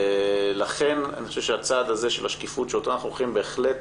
לכן אני חושב שהצעד הזה של השקיפות שאנחנו הולכים בהחלט